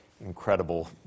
incredible